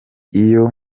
iyo